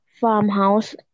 Farmhouse